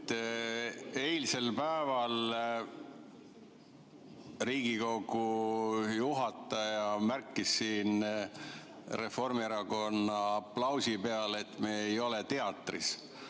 Eilsel päeval Riigikogu juhataja märkis siin Reformierakonna aplausi peale, et me ei ole teatris,